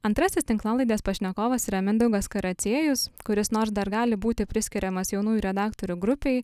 antrasis tinklalaidės pašnekovas yra mindaugas karaciejus kuris nors dar gali būti priskiriamas jaunųjų redaktorių grupei